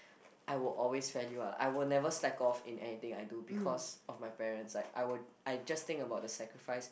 I will always value lah I will never slack off in anything I do because of my parents like I would I just think about the sacrifice